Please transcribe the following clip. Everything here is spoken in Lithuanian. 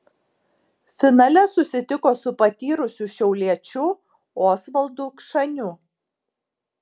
finale susitiko su patyrusiu šiauliečiu osvaldu kšaniu